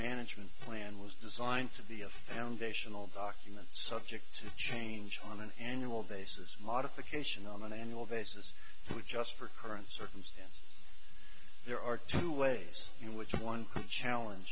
management plan was designed to be of and ational document subject to change on an annual basis modification on an annual basis to just for current circumstance there are two ways in which one could challenge